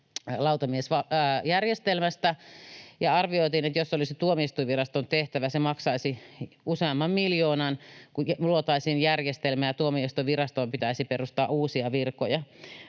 lautamiesjärjestelmästä, ja arvioitiin, että jos se olisi Tuomioistuinviraston tehtävä, se maksaisi useamman miljoonan, kun luotaisiin järjestelmä ja Tuomioistuinvirastoon pitäisi perustaa uusia virkoja.